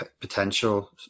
potential